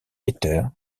peter